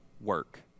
work